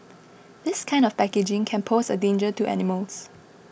this kind of packaging can pose a danger to animals